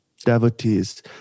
devotees